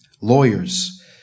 lawyers